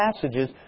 passages